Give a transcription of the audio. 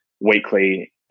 weekly